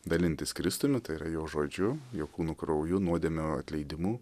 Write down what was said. dalintis kristumi tai yra jo žodžiu jo kūnu krauju nuodėmių atleidimu